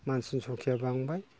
मानसिनि संखिया बांबाय